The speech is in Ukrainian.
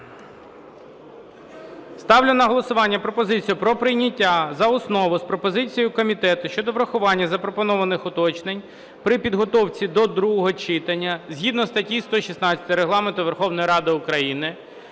Ставлю на голосування пропозицію про прийняття за основу з пропозицією комітету щодо врахування запропонованих уточнень при підготовці до другого читання, згідно зі статтею 116 Регламенту, проекту Закону